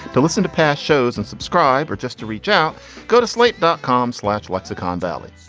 to listen to past shows and subscribe or just to reach out go to slate dot com slash lexicon valley.